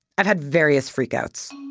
i've had various freakouts.